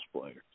players